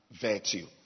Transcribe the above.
virtue